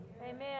Amen